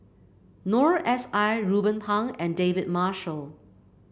Noor S I Ruben Pang and David Marshall